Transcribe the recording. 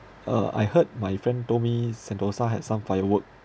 uh I heard my friend told me sentosa had some firework